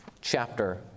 chapter